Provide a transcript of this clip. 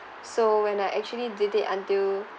so when I actually did it until